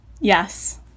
Yes